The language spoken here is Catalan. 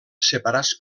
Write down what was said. separats